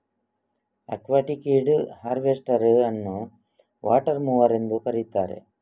aquatic weed harvester ಅನ್ನುವಾಟರ್ mower ಎಂದೂ ಕರೆಯುತ್ತಾರೆ